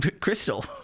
Crystal